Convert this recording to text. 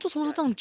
okay like